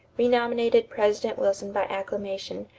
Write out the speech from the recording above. renominated president wilson by acclamation,